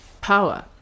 power